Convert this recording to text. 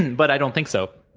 and but i don't think so,